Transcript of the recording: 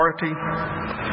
authority